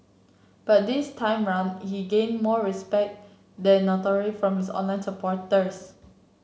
but this time round he gained more respect than from his online supporters